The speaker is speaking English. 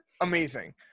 amazing